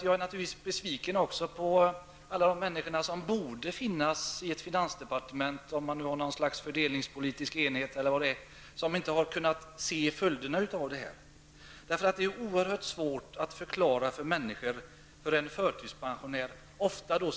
Jag är naturligtvis också besviken på de människor i finansdepartementet som inte har kunnat se följderna av detta. Det tycks råda ett slags fördelningspolitisk enighet där. Det är oerhört svårt att förklara för en förtidspensionär varför det har blivit så här.